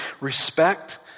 respect